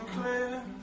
clear